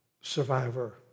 survivor